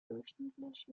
durchschnittlich